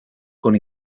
con